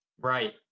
Right